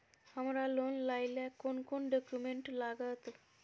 हमरा लोन लाइले कोन कोन डॉक्यूमेंट लागत?